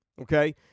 okay